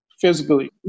physically